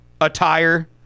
attire